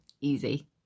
easy